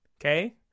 okay